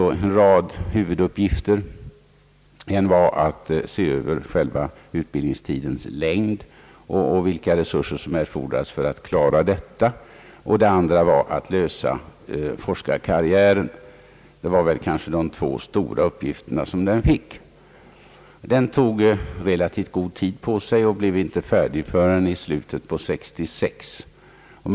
En av dess huvuduppgifter var att se över frågan om utbildningstidens längd och att undersöka vilka resurser som erfordrades i samband härmed. En annan huvuduppgift var att lösa forskarkarriärens problem. Utredningen tog relativt god tid på sig och blev inte färdig förrän i slutet av år 1966.